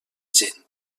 gent